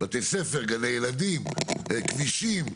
בתי ספר, גני ילדים, כבישים.